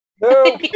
No